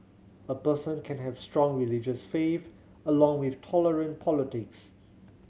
a person can have strong religious faith along with tolerant politics